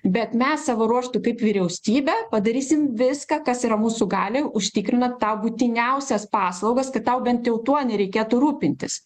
bet mes savo ruožtu kaip vyriausybė padarysim viską kas yra mūsų galioj užtikrinant tau būtiniausias paslaugas kad tau bent jau tuo nereikėtų rūpintis